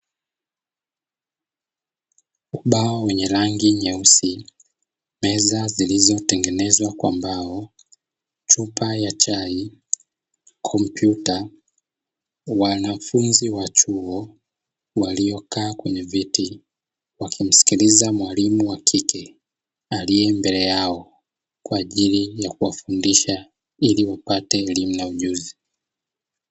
Ubao wenye rangi nyeusi, meza zilizotengenezwa kwa mbao, chupa ya chai, kompyuta. Wanafunzi wa chuo waliokaa kwenye viti wakimsikiliza mwalimu wa kike aliye mbele yao kwa ajili ya kuwafundisha ili wapate elimu na ujuzi.